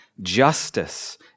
justice